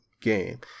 game